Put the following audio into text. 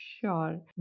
sure